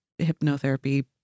hypnotherapy